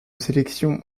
sélection